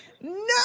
No